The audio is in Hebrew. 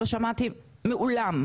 שלא שמעתי מעולם?